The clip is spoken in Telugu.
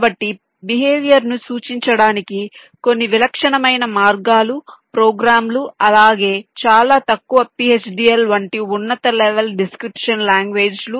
కాబట్టి బిహేవియర్ ను సూచించడానికి కొన్ని విలక్షణమైన మార్గాలు ప్రోగ్రామ్లు అలాగే చాలా తక్కువ PHDL వంటి ఉన్నత లెవెల్ డిస్క్రిప్షన్ లాంగ్వేజ్ లు